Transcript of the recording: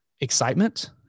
excitement